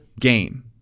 game